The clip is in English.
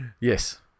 Yes